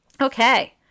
Okay